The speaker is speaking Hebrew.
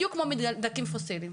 בדיוק כמו מדלקים פוסיליים.